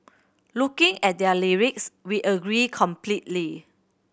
looking at their lyrics we agree completely